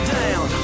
down